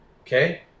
okay